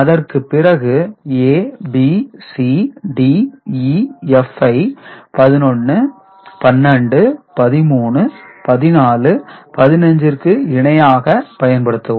அதற்கு பிறகு A B C D E F ஐ 1112131415 ற்கு இணையாக பயன்படுத்தவும்